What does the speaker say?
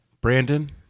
Brandon